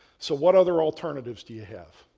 so, what other alternatives do you have?